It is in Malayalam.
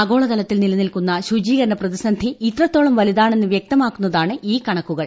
ആഗോളതലത്തിൽ നിലനിൽക്കുന്ന ശുചീകരണ പ്രതിസന്ധി ഇത്രത്തോളം വലുതാണെന്ന് വ്യക്തമാക്കുന്നതാണ് ഈ കണക്കുകൾ